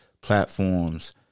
Platforms